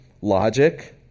logic